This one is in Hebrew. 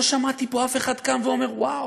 לא שמעתי פה אף אחד שקם ואומר "וואו".